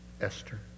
Esther